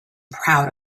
proud